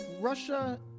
Russia